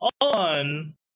on